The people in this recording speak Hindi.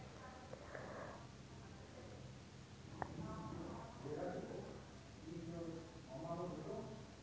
अक्टूबर के महीना में गेहूँ मटर की फसल बोई जाती है